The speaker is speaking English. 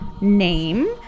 name